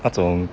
那种